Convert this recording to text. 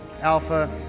Alpha